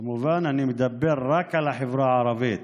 כמובן, אני מדבר רק על החברה הערבית,